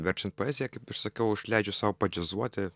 verčiant poeziją kaip ir sakiau aš leidžiu sau padžiazuoti